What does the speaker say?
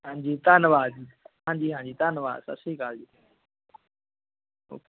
ਹਾਂਜੀ ਧੰਨਵਾਦ ਜੀ ਹਾਂਜੀ ਹਾਂਜੀ ਧੰਨਵਾਦ ਸਤਿ ਸ਼੍ਰੀ ਅਕਾਲ ਜੀ ਓ